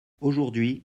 aujourd’hui